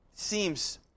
seems